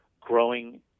growing